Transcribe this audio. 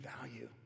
value